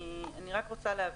אני רוצה להבין.